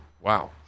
Wow